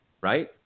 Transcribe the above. right